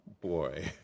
boy